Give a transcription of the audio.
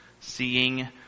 seeing